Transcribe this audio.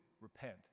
repent